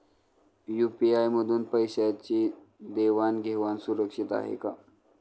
UPI मधून पैशांची देवाण घेवाण सुरक्षित आहे का?